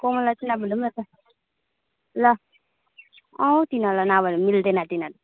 कोमललाई चाहिँ नबोलाऊँ न त ल अँ तिनीहरूलाई नभन है मिल्दैन तिनीहरू